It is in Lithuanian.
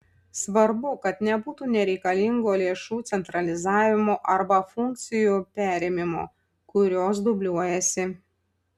svarbu kad nebūtų nereikalingo lėšų centralizavimo arba funkcijų perėmimo kurios dubliuojasi